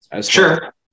Sure